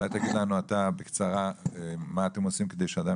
אולי תגיד לנו אתה בקצרה מה אתם עושים כדי שאדם